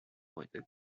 productor